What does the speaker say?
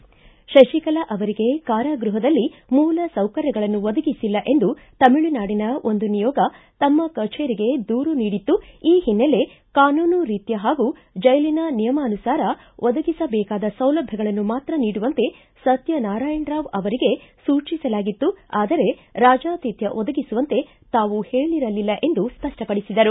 ಶಶಿಕಲಾ ಅವರಿಗೆ ಕಾರಾಗೃಹದಲ್ಲಿ ಮೂಲ ಸೌಕರ್ಯಗಳನ್ನು ಒದಗಿಸಿಲ್ಲ ಎಂದು ತಮಿಳುನಾಡಿನ ಒಂದು ನಿಯೋಗ ತಮ್ಮ ಕಚೇರಿಗೆ ದೂರು ನೀಡಿತ್ತು ಈ ಹಿನ್ನೆಲೆ ಕಾನೂನು ರೀತ್ತ ಹಾಗೂ ಜೈಲಿನ ನಿಯಮಾನುಸಾರ ಒದಗಿಸಬೇಕಾದ ಸೌಲಭ್ಯಗಳನ್ನು ಮಾತ್ರ ನೀಡುವಂತೆ ಸತ್ತನಾರಾಯಣರಾವ್ ಅವರಿಗೆ ಸೂಚಿಸಲಾಗಿತು ಆದರೆ ರಾಜಾತಿಥ್ಡ ಒದಗಿಸುವಂತೆ ತಾವು ಹೇಳರಲಿಲ್ಲ ಎಂದು ಸ್ಪಷ್ಟಪಡಿಸಿದರು